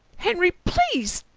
henry, please!